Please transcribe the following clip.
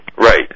right